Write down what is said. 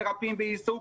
מרפאים בעיסוק,